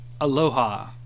Aloha